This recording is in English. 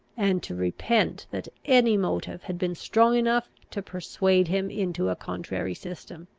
and to repent that any motive had been strong enough to persuade him into a contrary system.